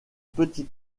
petit